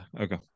Okay